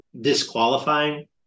disqualifying